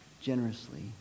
generously